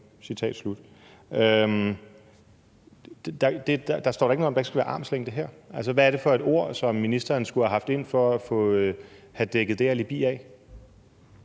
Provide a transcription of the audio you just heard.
Der står da ikke her noget om, at der ikke skal være med armslængde. Hvad er det for et ord, ministeren skulle have haft ind for at have dækket det alibi af?